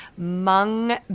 mung